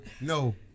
No